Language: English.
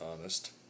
honest